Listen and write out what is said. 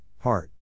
heart